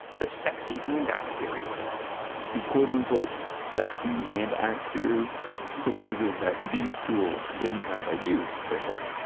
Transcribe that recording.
the sexy hand axe theory the quote, unquote sexy hand axe theory proposes that these tools didn't have a use per se.